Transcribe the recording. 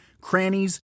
crannies